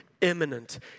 imminent